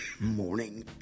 morning